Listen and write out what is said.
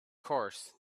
course